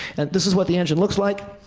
and this is what the engine looks like.